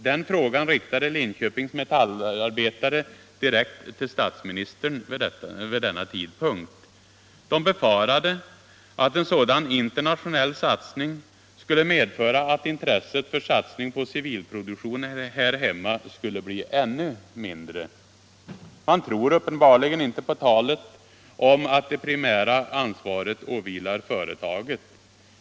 Den frågan riktade Linköpings metallarbetare direkt till statsministern vid denna tidpunkt. De befarade att en sådan internationell satsning skulle medföra att intresset för satsning på civilproduktion här hemma skulle bli ännu mindre. Man tror uppenbarligen inte på talet om att det primära ansvaret åvilar företaget.